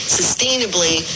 sustainably